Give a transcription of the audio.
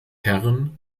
herren